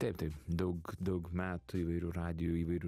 taip taip daug daug metų įvairių radijų įvairių